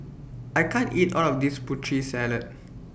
I can't eat All of This Putri Salad